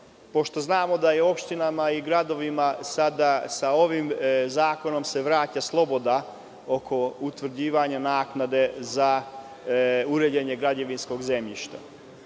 Pošto znamo da se opštinama i gradovima ovim zakonom vraća sloboda oko utvrđivanja naknade za uređenje građevinskog zemljišta,